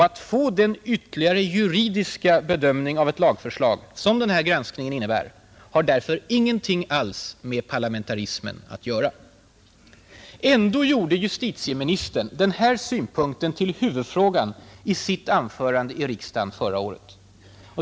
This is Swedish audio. Att få den ytterligare juridiska bedömning av ett lagförslag som den här granskningen innebär har därför ingenting alls med parlamentarismen att göra. Ändå gjorde justitieministern den här synpunkten till huvudfrågan i sitt anförande i riksdagen förra året.